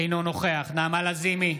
אינו נוכח נעמה לזימי,